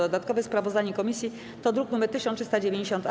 Dodatkowe sprawozdanie komisji to druk nr 1390-A.